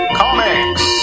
comics